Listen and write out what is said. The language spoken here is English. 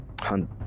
hunt